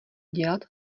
dělat